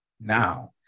now